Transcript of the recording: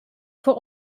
four